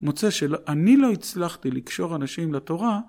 מוצא שאני לא הצלחתי לקשור אנשים לתורה.